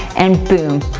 and boom,